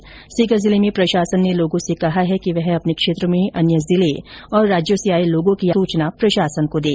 उधर सीकर जिले में प्रशासन ने लोगों से कहा है कि वह अपने क्षेत्र में अन्य जिले और राज्यों से आये लोगों की आगामी दस तारीख तक सूचना प्रशासन को दें